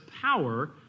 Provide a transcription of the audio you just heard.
power